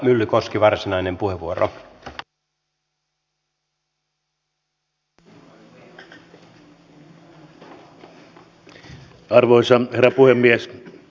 toivotaan tietenkin että ei